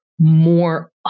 more